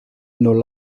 non